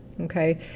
Okay